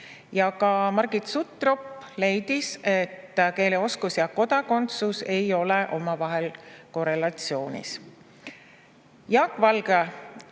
Ka Margit Sutrop leidis, et keeleoskus ja kodakondsus ei ole omavahel korrelatsioonis. Jaak Valge